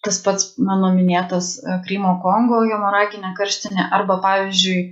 tas pats mano minėtas krymo kongo hemoraginė karštinė arba pavyzdžiui